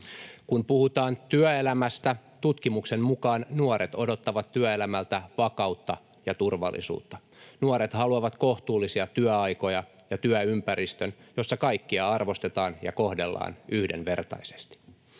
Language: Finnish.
Kun puhutaan työelämästä, tutkimuksen mukaan nuoret odottavat työelämältä vakautta ja turvallisuutta. Nuoret haluavat kohtuullisia työaikoja ja työympäristön, jossa kaikkia arvostetaan ja kohdellaan yhdenvertaisesti.